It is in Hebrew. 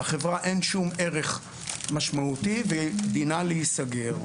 לחברה אין שום ערך משמעותי, ודינה להיסגר.